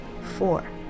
four